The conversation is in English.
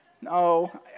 No